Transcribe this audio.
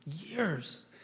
years